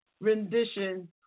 rendition